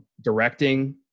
Directing